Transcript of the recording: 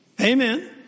Amen